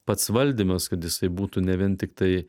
pats valdymas kad jisai būtų ne vien tiktai